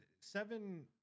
seven